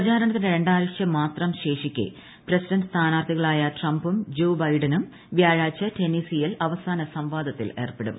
പ്രചാരണത്തിന് രണ്ടാഴ്ച മാത്രം ശേഷിക്കെ പ്രസിഡന്റ് സ്ഥാനാർത്ഥികളായ ട്രംപും ജോ ബൈഡനും വ്യാഴാഴ്ച ടെന്നീസിയിൽ അവസാന സംവാദത്തിൽ ഏർപ്പെടും